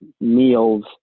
meals